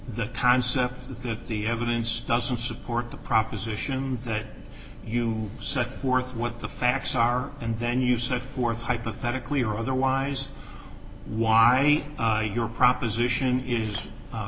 the concept that the evidence doesn't support the proposition that you set forth what the facts are and then you set forth hypothetically or otherwise why your proposition is